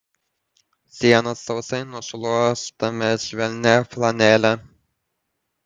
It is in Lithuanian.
sienas sausai nušluostome švelnia flanele